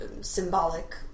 symbolic